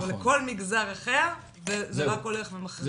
או לכל מגזר אחר זה רק הולך ומחריף.